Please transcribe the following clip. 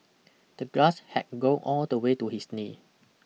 the grass had grown all the way to his knee